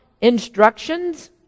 instructions